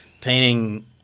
painting